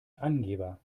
angeber